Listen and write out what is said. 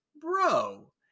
bro